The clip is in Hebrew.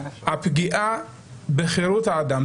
הפגיעה בחירות האדם,